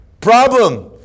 problem